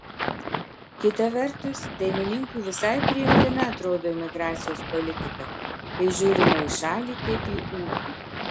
kita vertus dainininkui visai priimtina atrodo imigracijos politika kai žiūrima į šalį kaip į ūkį